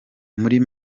muri